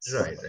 Right